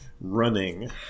Running